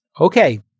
Okay